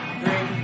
three